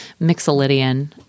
Mixolydian